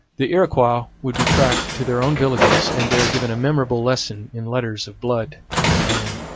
the iroquois would be tracked to their own villages and there given a memorable lesson in letters of blood and iron.